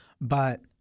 but-